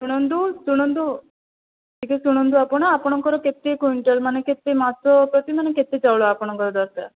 ଶୁଣନ୍ତୁ ଶୁଣନ୍ତୁ ଟିକେ ଶୁଣନ୍ତୁ ଆପଣ ଆପଣଙ୍କର କେତେ କୁଇଣ୍ଟାଲ ମାନେ କେତେ ମାସ ପ୍ରତି ମାନେ କେତେ ଚାଉଳ ଆପଣଙ୍କର ଦରକାର